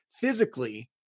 physically